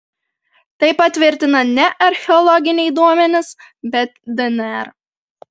tai patvirtina ne archeologiniai duomenys bet dnr